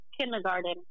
kindergarten